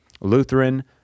Lutheran